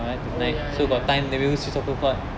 oh ya ya ya